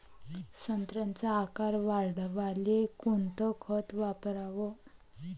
संत्र्याचा आकार वाढवाले कोणतं खत वापराव?